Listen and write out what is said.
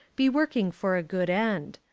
be working for a good end.